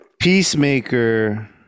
Peacemaker